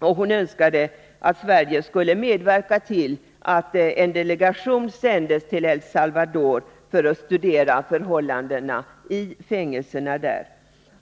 Hon önskade att Sverige skulle medverka till att en delegation sändes till El Salvador för att studera förhållandena i fängelserna där.